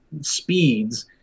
speeds